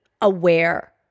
aware